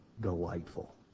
delightful